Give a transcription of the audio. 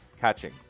catching